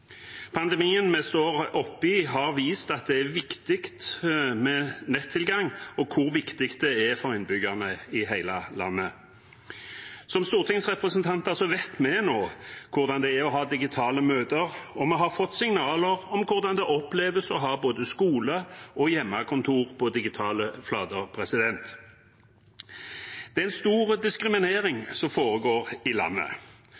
Pandemien vi står oppe i, har vist at det er viktig med nettilgang, og hvor viktig det er for innbyggerne i hele landet. Som stortingsrepresentanter vet vi nå hvordan det er å ha digitale møter, og vi har fått signaler om hvordan det oppleves å ha både skole og hjemmekontor på digitale flater. Det er en stor diskriminering som foregår i landet.